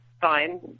fine